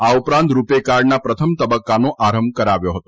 આ ઉપરાંત રૂપે કાર્ડના પ્રથમ તબક્કાનો આરંભ કરાવ્યો હતો